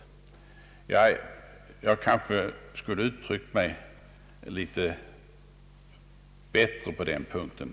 Jag skulle kanske ha uttryckt mig litet tydligare på den punkten.